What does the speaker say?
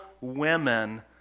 women